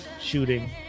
shooting